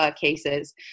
cases